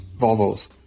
Volvos